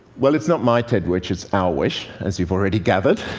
well, it's not my ted wish it's our wish, as you've already gathered.